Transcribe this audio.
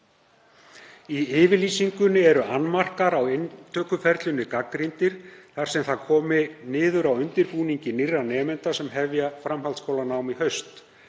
Í yfirlýsingunni eru annmarkar á inntökuferlinu gagnrýndir þar sem það komi niður á undirbúningi nýrra nemenda sem hefja framhaldsskólanám í haust.